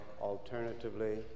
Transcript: alternatively